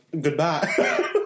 goodbye